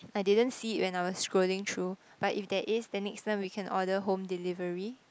I didn't see it when I was scrolling through but if there is then next time we can order home delivery